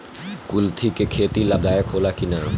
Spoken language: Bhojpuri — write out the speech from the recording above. कुलथी के खेती लाभदायक होला कि न?